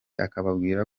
akababwira